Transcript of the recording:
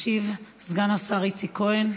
ישיב סגן השר איציק כהן.